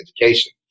education